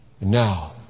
Now